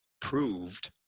proved